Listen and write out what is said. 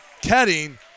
Ketting